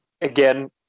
again